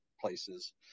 places